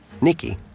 Nikki